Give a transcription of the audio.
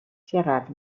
چقدر